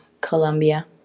Colombia